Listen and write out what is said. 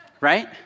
right